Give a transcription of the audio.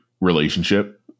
relationship